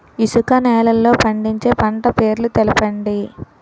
ఇసుక నేలల్లో పండించే పంట పేర్లు తెలపండి?